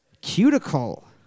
cuticle